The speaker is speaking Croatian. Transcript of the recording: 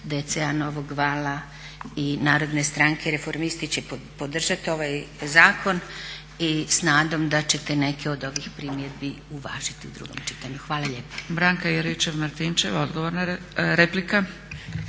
DC-a Novog vala i Narodne stranke reformista će podržati ovaj zakon i s nadom da ćete neke od ovih primjedbi uvažiti u drugom čitanju. Hvala lijepo.